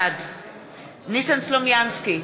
בעד ניסן סלומינסקי,